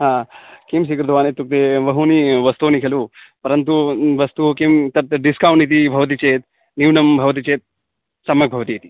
हा किं स्वीकृतवान् इत्युक्ते बहूनि वस्तूनि खलु परन्तु न् वस्तु किं तत् डिस्कौण्ट् इति भवति चेत् न्यूनं भवति चेत् सम्यक् भवति इति